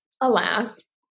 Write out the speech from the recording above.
alas